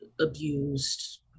abused